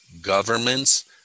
governments